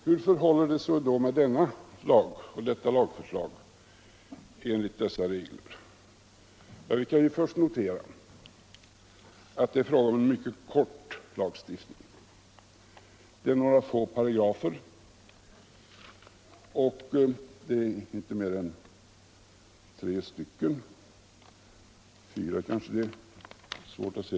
Hur förhåller det sig då med det föreliggande lagförslaget enligt dessa regler? Vi kan först notera att det är fråga om en mycket kortfattad lag; den omfattar inte mer än fyra paragrafer.